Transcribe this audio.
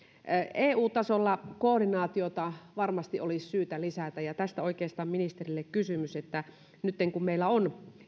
eu tasolla koordinaatiota varmasti olisi syytä lisätä ja tästä oikeastaan ministerille kysymys nytten kun meillä on